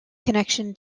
connection